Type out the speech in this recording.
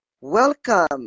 welcome